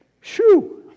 Shoo